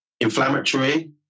inflammatory